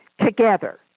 together